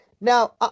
Now